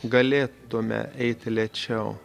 galėtume eiti lėčiau